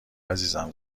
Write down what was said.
عزیزم